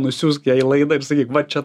nusiųsk jai į laidą ir sakyk va čia